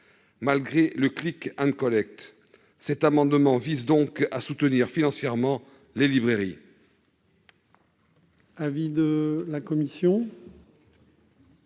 malgré la procédure de. Cet amendement vise donc à soutenir financièrement les librairies.